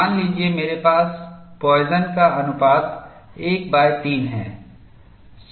मान लीजिए मेरे पास पोइसन Poisson's का अनुपात 13 है